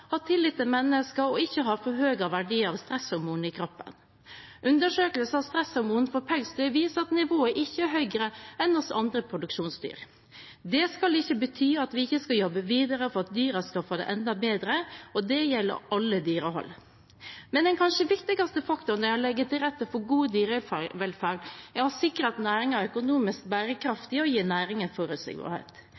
har bra pels, er fruktbart, har tillit til mennesker og ikke har forhøyede verdier av stresshormon i kroppen. Undersøkelser av stresshormon hos pelsdyr viser at nivået ikke er høyere enn hos andre produksjonsdyr. Det skal ikke bety at vi ikke skal jobbe videre for at dyrene skal få det enda bedre, og det gjelder alle dyrehold. Men den kanskje viktigste faktoren for å legge til rette for god dyrevelferd er å sikre at næringen er økonomisk